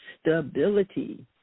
stability